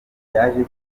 yaje